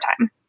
time